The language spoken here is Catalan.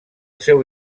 seu